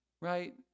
Right